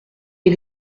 est